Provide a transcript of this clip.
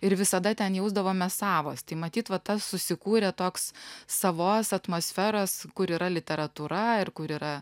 ir visada ten jausdavome savastį matyt va tas susikūrė toks savos atmosferos kur yra literatūra ir kur yra